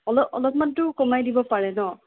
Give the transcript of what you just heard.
all অলপমানটো কমাই দিব পাৰে ন